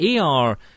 AR